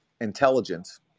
intelligence